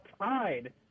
tied